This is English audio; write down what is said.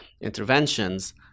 interventions